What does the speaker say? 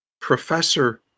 professor